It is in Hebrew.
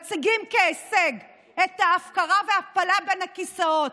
מציגים כהישג את ההפקרה וההפלה בין הכיסאות